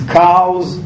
cows